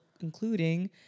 including